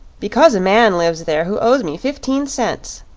because a man lives there who owes me fifteen cents,